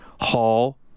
Hall